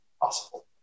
possible